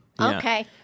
Okay